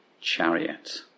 chariot